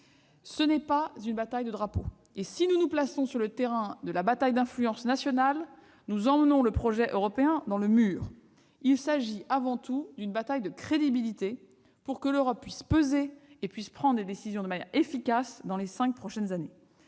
Ce n'est pas une bataille de drapeaux. Si nous nous plaçons sur le terrain de la bataille d'influence nationale, le projet européen ira dans le mur. Il s'agit avant tout d'une bataille de crédibilité, pour que l'Europe puisse peser et prendre des décisions efficaces au cours des cinq prochaines années.